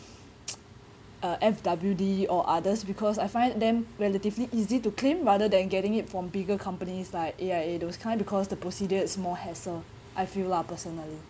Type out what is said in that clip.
uh F_W_D or others because I find them relatively easy to claim rather than getting it from bigger companies like A_I_A those kind because the procedure is more hassle I feel lah personally